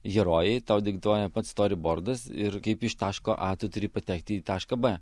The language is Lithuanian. herojai tau diktuoja pats storibordas ir kaip iš taško a tu turi patekti į tašką b